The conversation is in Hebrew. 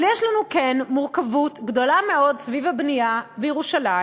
אבל יש לנו כן מורכבות גדולה מאוד סביב הבנייה בירושלים,